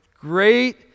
Great